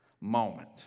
moment